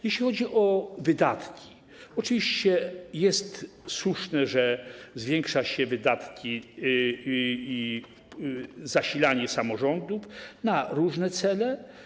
Jeśli chodzi o wydatki, oczywiście słuszne jest to, że zwiększa się wydatki i zasilanie samorządów na różne cele.